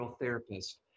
therapist